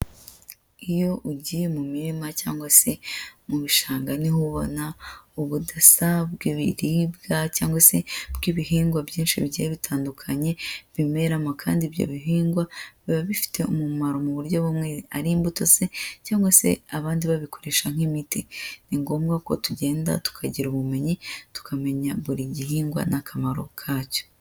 Iyo ugiye mu mirima cyangwa se mu bishanga, niho ubona ubudasa bw'ibiribwa cyangwa se bw'ibihingwa byinshi bigiye bitandukanye bimeramo, kandi ibyo bihingwa biba bifite umumaro mu buryo bumwe, ari imbuto se cyangwa se abandi babikoresha nk'imiti, ni ngombwa ko tugenda tukagira ubumenyi, tukamenya buri gihingwa n'akamaro kacyo.